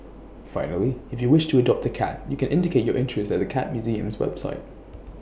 finally if you wish to adopt A cat you can indicate your interest at the cat museum's website